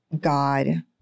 God